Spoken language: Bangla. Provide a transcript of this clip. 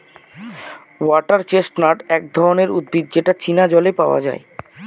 ওয়াটার চেস্টনাট হচ্ছে এক ধরনের উদ্ভিদ যেটা চীনা জলে পাওয়া যায়